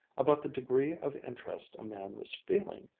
about the degree of interest a man was feeling,